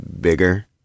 Bigger